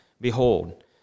Behold